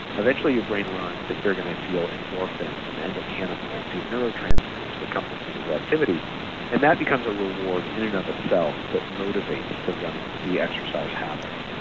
eventually your brain learns that you're going to feel endorphins and endocannabinoids, these neurotransmitters that come from physical activity and that becomes a reward in and of itself that motivates the running, the exercise habit.